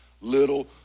little